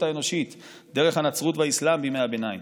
האנושית דרך הנצרות והאסלאם בימי הביניים